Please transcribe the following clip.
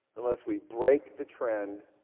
unless we break the trend